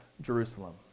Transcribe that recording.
Jerusalem